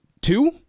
two